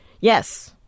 Yes